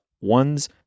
one's